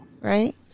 Right